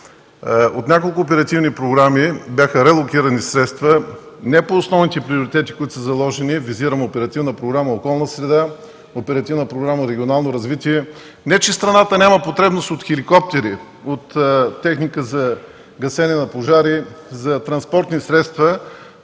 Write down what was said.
от няколко оперативни програми бяха релокирани средства не по основните приоритети, които са заложени, визирам Оперативна програма „Околна среда”, Оперативна програма „Регионално развитие” и не че страната няма потребност от хеликоптери, от техника за гасене на пожари, за транспортни средства,